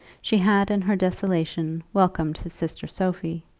she had in her desolation welcomed his sister sophie,